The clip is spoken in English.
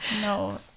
No